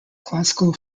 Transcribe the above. classical